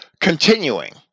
continuing